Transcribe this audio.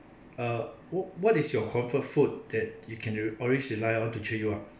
uh wh~ what is your comfort food that you can always rely on to cheer you up